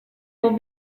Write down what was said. will